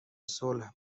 صلح